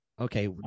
Okay